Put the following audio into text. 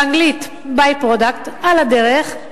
באנגלית, by product, על הדרך,